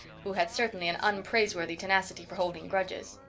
who had certainly an unpraiseworthy tenacity for holding grudges.